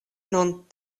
nun